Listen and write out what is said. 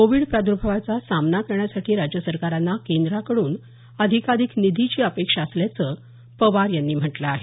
Covid प्रादुर्भावाचा सामना करण्यासाठी राज्य सरकारांना केंद्राकडून अधिकाधिक निधीची अपेक्षा असल्याचं पवार यांनी म्हटलं आहे